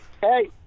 Hey